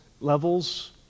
levels